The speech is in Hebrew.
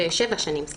שנים.